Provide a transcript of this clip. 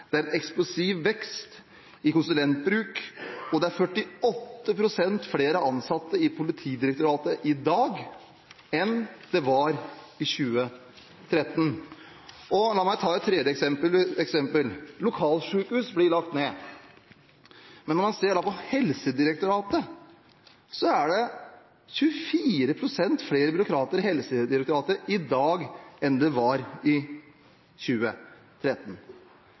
det er eksplosiv vekst i konsulentbruk, og det er 48 pst. flere ansatte i Politidirektoratet i dag enn det var i 2013. La meg ta et tredje eksempel: Lokalsykehus blir lagt ned. Men når man ser på Helsedirektoratet, er det 24 pst. flere byråkrater i Helsedirektoratet i dag enn det var i 2013.